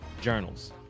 journals